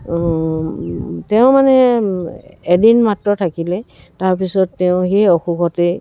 তেওঁ মানে এদিন মাত্ৰ থাকিলে তাৰপিছত তেওঁ সেই অসুখতে